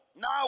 Now